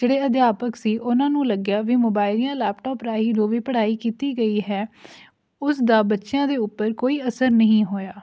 ਜਿਹੜੇ ਅਧਿਆਪਕ ਸੀ ਉਹਨਾਂ ਨੂੰ ਲੱਗਿਆ ਵੀ ਮੋਬਾਇਲ ਜਾਂ ਲੈਪਟੋਪ ਰਾਹੀਂ ਜੋ ਵੀ ਪੜ੍ਹਾਈ ਕੀਤੀ ਗਈ ਹੈ ਉਸ ਦਾ ਬੱਚਿਆਂ ਦੇ ਉੱਪਰ ਕੋਈ ਅਸਰ ਨਹੀਂ ਹੋਇਆ